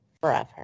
forever